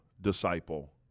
disciple